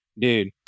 Dude